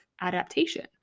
adaptation